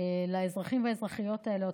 לאזרחים ואזרחיות האלה,